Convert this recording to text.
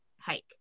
hike